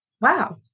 Wow